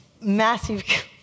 massive